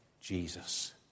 Jesus